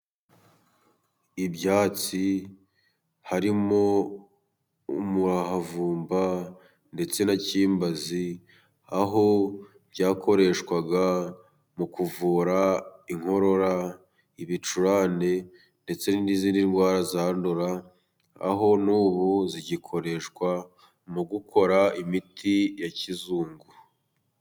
Ibyatsi harimo umuharavumba ndetse na cyimbazi, aho byakoreshwaga mu kuvura inkorora, ibicurane ndetse n'izindi ndwara zandura, aho n'ubu bigikoreshwa mu gukora imiti ya kizungu.